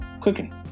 cooking